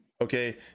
okay